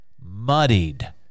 muddied